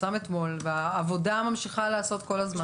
פורסם אתמול והעבודה ממשיכה להיעשות כל הזמן.